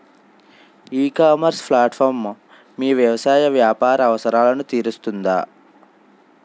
ఈ ecommerce platform మీ వ్యవసాయ వ్యాపార అవసరాలను తీరుస్తుందా?